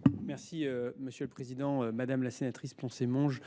M. le ministre délégué. Madame la sénatrice Poncet Monge,